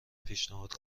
پیشنهاد